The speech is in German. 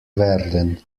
werden